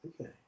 Okay